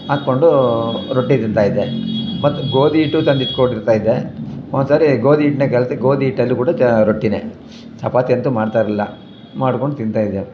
ಹಾಕ್ಕೊಂಡು ರೊಟ್ಟಿ ತಿಂತಾಯಿದ್ದೆ ಮತ್ತೆ ಗೋಧಿ ಹಿಟ್ಟು ತಂದಿಟ್ಕೊಂದಿರ್ತಾಯಿದ್ದೆ ಒನ್ನೊಂದ್ಸಾರಿ ಗೋಧಿ ಹಿಟ್ಟನ್ನೇ ಕಲಸಿ ಗೋಧಿ ಹಿಟ್ಟಲ್ಲು ಕೂಡ ಚ ರೊಟ್ಟಿನೇ ಚಪಾತಿ ಅಂತೂ ಮಾಡ್ತಾಯಿರ್ಲಿಲ್ಲ ಮಾಡಿಕೊಂಡು ತಿಂತಾಯಿದ್ದೆ